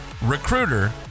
recruiter